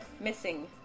Missing